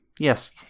Yes